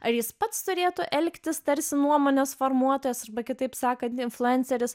ar jis pats turėtų elgtis tarsi nuomonės formuotojas arba kitaip sakant influenceris